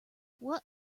what